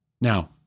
Now